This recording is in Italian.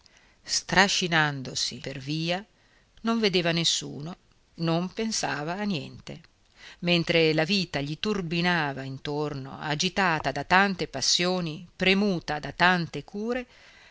giornaliera strascinandosi per via non vedeva nessuno non pensava a niente mentre la vita gli turbinava intorno agitata da tante passioni premuta da tante cure